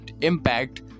impact